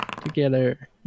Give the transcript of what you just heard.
Together